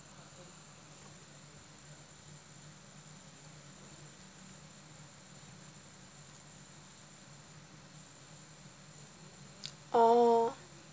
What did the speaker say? oh